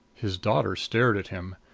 his daughter stared at him.